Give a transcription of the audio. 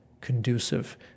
conducive